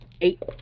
Eight